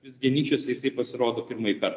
visgi anykščiuose jisai pasirodo pirmąjį kartą